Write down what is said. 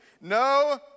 No